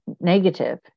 negative